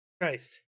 Christ